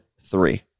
three